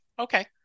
Okay